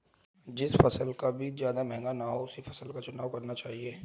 जिस फसल का बीज ज्यादा महंगा ना हो उसी फसल का चुनाव करना चाहिए